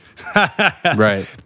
Right